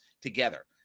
together